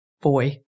boy